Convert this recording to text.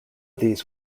these